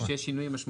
יש שינויים משמעותיים.